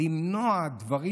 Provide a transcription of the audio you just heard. למנוע דברים